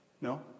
No